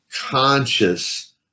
conscious